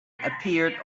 appeared